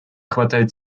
хватает